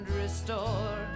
restore